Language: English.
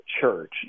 church